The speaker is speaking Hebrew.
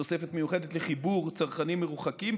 תוספת מיוחדת, לחיבור צרכנים מרוחקים.